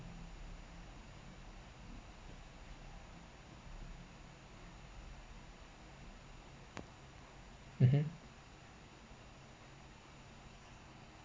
mmhmm